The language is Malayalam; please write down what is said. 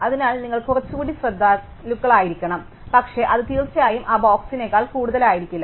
അതിനാൽ നിങ്ങൾ കുറച്ചുകൂടി ശ്രദ്ധാലുക്കളായിരിക്കാം പക്ഷേ അത് തീർച്ചയായും ആ ബോക്സിനേക്കാൾ കൂടുതലായിരിക്കില്ല